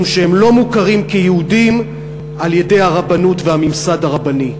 משום שהם לא מוכרים כיהודים על-ידי הרבנות והממסד הרבני.